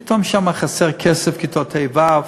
פתאום שם חסר כסף, כיתות ה'-ו',